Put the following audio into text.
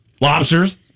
lobsters